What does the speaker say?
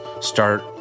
start